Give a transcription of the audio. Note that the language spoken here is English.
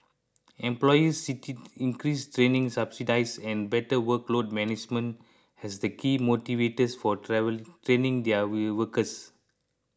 employers cited increased training subsidies and better workload management as the key motivators for travel training their workers